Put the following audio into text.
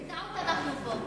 אז בטעות אנחנו פה.